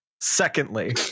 Secondly